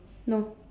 no